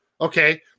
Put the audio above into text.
okay